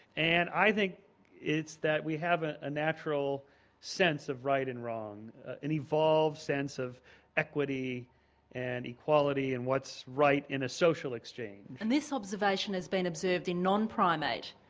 and i think it's that we have ah a natural sense of right and wrong, an evolved sense of equity and equality and what's right in a social exchange. and this observation has been observed in non-primate,